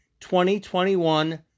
2021